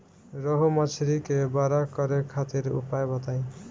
रोहु मछली के बड़ा करे खातिर उपाय बताईं?